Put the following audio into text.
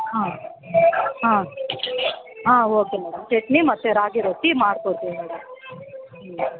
ಆಂ ಆಂ ಆಂ okay madam chutney ಮತ್ತು ರಾಗಿ ರೊಟ್ಟಿ ಮಾಡ್ಕೊಡ್ತೀವಿ ಮೇಡಮ್ ಹ್ಞೂ